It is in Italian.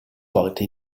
volta